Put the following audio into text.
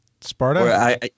Sparta